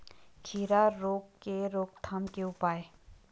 खीरा रोग के रोकथाम के उपाय?